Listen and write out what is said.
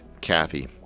Kathy